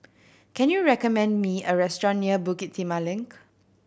can you recommend me a restaurant near Bukit Timah Link